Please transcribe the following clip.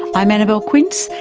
i'm annabelle quince,